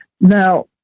Now